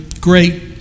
Great